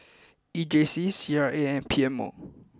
E J C C R A and P M O